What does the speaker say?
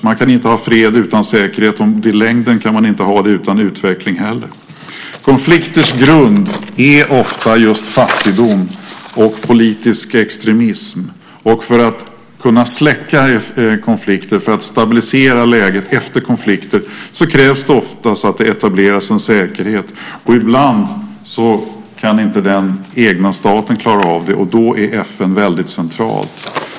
Man kan inte ha fred utan säkerhet, och i längden kan man inte ha det utan utveckling heller. Konflikters grund är ofta just fattigdom och politisk extremism, och för att kunna släcka konflikter och för att stabilisera läget efter konflikter krävs det ofta att en säkerhet etableras. Ibland kan inte den egna staten klara av det, och då är FN väldigt centralt.